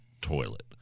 toilet